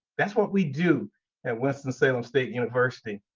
that's what we do at winston-salem state university.